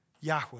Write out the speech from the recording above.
Yahweh